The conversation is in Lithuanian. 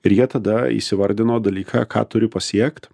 ir jie tada įsivardina dalyką ką turi pasiekt